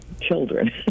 children